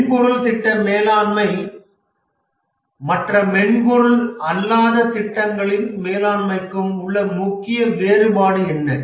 மென்பொருள் திட்ட மேலாண்மை மற்ற மென்பொருள் அல்லாத திட்டங்களின் மேலாண்மைக்கும் உள்ள முக்கிய வேறுபாடு என்ன